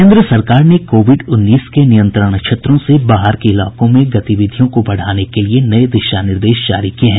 केन्द्र सरकार ने कोविड उन्नीस के नियंत्रण क्षेत्रों से बाहर के इलाकों में गतिविधियों को बढाने के लिए नये दिशा निर्देश जारी किए हैं